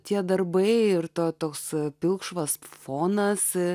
tie darbai ir tą toks pilkšvas fonas